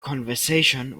conversation